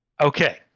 Okay